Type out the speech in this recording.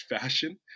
fashion